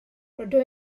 rydw